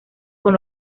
con